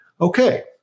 okay